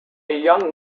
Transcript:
young